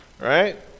Right